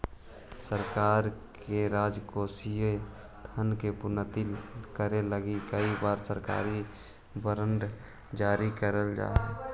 सरकार राजकोषीय धन के पूर्ति करे लगी कई बार सरकारी बॉन्ड जारी करऽ हई